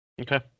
Okay